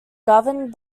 governed